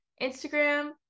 Instagram